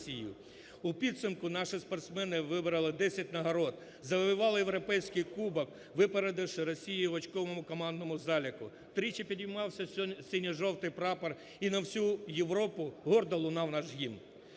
У підсумку наші спортсмени вибороли десять нагород, завоювали європейський кубок, випередивши Росію в очковому командному заліку. Тричі підіймався синьо-жовтий прапор і на всю Європу гордо лунав наш гімн.